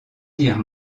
dire